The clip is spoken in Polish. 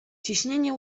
ciśnienie